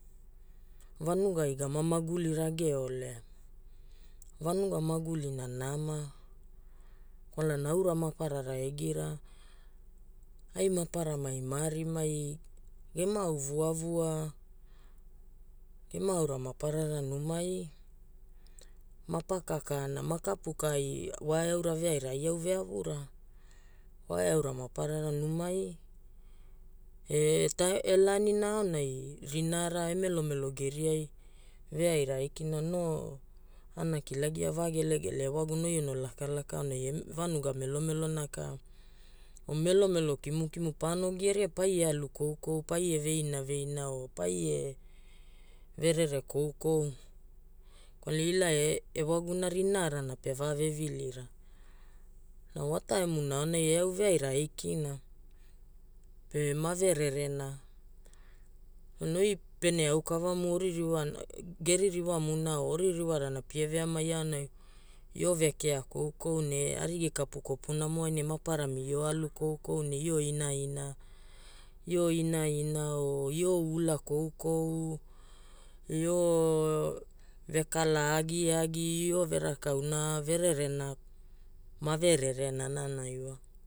Vanugai gama maguli rageole vanuga magulina nama. Kwalana aura maprara egira. Ai maparamai ma arimai gema au vuavua, gema aura maparara numai, ma kapu ka ai wae aura veaira ai au ve avura. wae aura maparara numai e e laanina aonai rinaara e melomelo geriai veaira aikina no ana kilagia, va gelele, ewaguna oi ono lakalaka aonai e vanuga melomelona ka o melomelo kimukimu paano gia ria paie alu koukou, paie veinaveina o paie verere koukou kwalana ila ewaguna rinaarana pe va vevilira. Na wa taimuna aonai e au veaira aikina pe ma vererena. Oi pene aukavamu ge ririwamuna o oririwarana pie veamai aonai pio ve kea koukou ne arigi kapu kopunamo ai maparami io alu koukou ne io inaina o io ula koukou, io vekala agiagi, io veraka au na ma vererena